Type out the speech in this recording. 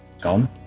...gone